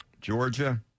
Georgia